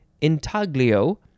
intaglio